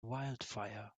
wildfire